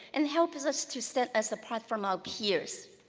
and helps us to set us apart from our peers.